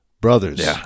brothers